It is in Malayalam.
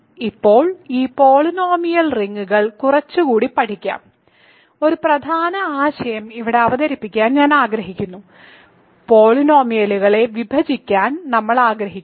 ഇപ്പോൾ ഈ പോളിനോമിയൽ റിങ്ങുകൾ കുറച്ചുകൂടി പഠിക്കാം ഒരു പ്രധാന ആശയം ഇവിടെ അവതരിപ്പിക്കാൻ ഞാൻ ആഗ്രഹിക്കുന്നു പോളിനോമിയലുകളെ വിഭജിക്കാൻ നമ്മൾ ആഗ്രഹിക്കുന്നു